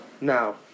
now